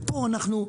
ופה אנחנו,